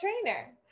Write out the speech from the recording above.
trainer